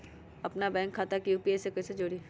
अपना बैंक खाता के यू.पी.आई से कईसे जोड़ी?